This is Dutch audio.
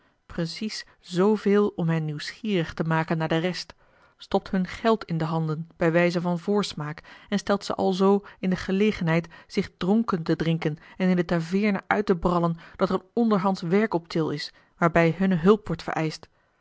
precies zooveel om hen nieuwsgierig te maken naar de rest stopt hun geld in de handen bij wijze van voorsmaak en stelt ze alzoo in de gelegenheid zich dronken te drinken en in de taveerne uit te brallen dat er een onderhandsch werk op til is waarbij hunne hulp wordt vereischt